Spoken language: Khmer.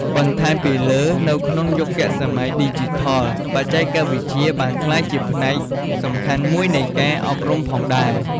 បន្ថែមពីលើនៅក្នុងយុគសម័យឌីជីថល បច្ចេកវិទ្យាបានក្លាយជាផ្នែកសំខាន់មួយនៃការអប់រំផងដែរ។